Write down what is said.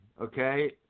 Okay